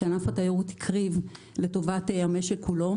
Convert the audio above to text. שענף התיירות הקריב לטובת המשק כולו.